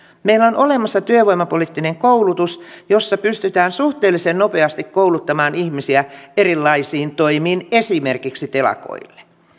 meillä on olemassa työvoimapoliittinen koulutus jossa pystytään suhteellisen nopeasti kouluttamaan ihmisiä erilaisiin toimiin esimerkiksi telakoille